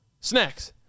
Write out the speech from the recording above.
Snacks